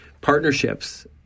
Partnerships